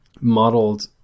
modeled